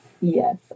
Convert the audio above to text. Yes